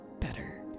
better